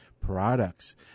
Products